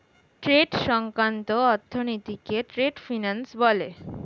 trade সংক্রান্ত অর্থনীতিকে trade finance বলে